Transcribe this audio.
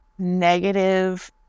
negative